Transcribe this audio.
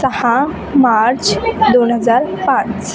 सहा मार्च दोन हजार पाच